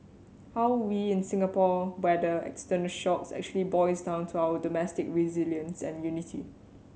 how we in Singapore weather external shocks actually boils down to our domestic resilience and unity